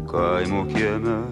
kaimo kieme